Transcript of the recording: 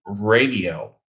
Radio